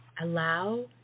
Allow